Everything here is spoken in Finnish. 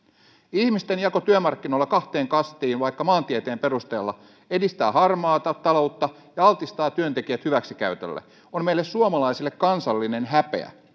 ihmisten jako työmarkkinoilla kahteen kastiin vaikka maantieteen perusteella edistää harmaata taloutta ja altistaa työntekijät hyväksikäytölle on meille suomalaisille kansallinen häpeä